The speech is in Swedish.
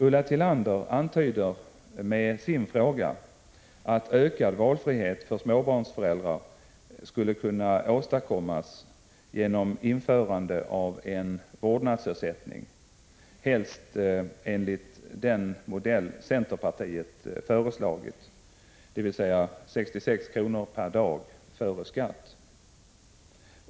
Ulla Tillander antyder med sin fråga att ökad valfrihet för småbarnsföräldrar skulle kunna åstadkommas genom införande av en vårdnadsersättning, helst enligt den modell centerpartiet förslagit, dvs. 66 kr. per dag före skatt.